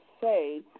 say